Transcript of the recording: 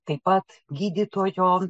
taip pat gydytojo